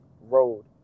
road